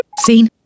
Scene